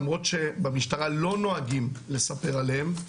למרות שבמשטרה לא נוהגים לדבר עליהם.